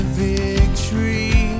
victory